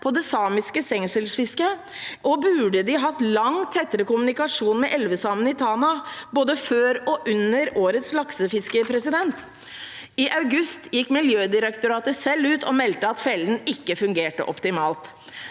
på det samiske stengselsfisket, og burde de hatt langt tettere kommunikasjon med elvesamene i Tana, både før og under årets laksefiske? I august gikk Miljødirektoratet selv ut og meldte at fellen ikke fungerte optimalt,